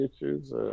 issues